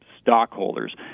stockholders